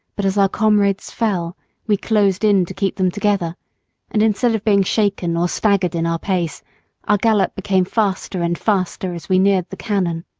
but as our comrades fell, we closed in to keep them together and instead of being shaken or staggered in our pace our gallop became faster and faster as we neared the cannon.